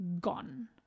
Gone